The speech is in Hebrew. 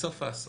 בסוף העשור.